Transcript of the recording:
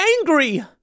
angry